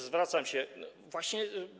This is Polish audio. Zwracam się właśnie.